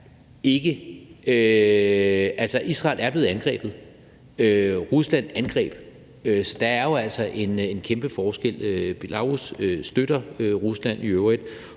Israel er blevet angrebet. Rusland angreb. Så der er jo altså en kæmpe forskel. Belarus støtter i øvrigt